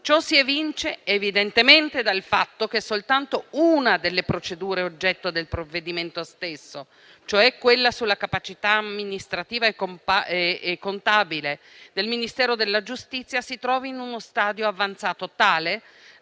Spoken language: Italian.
Ciò si evince evidentemente dal fatto che soltanto una delle procedure oggetto del provvedimento stesso, cioè quella sulla capacità amministrativa e contabile del Ministero della giustizia, si trovi in uno stadio avanzato tale